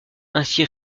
ainsi